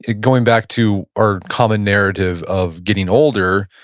ah going back to our common narrative of getting older,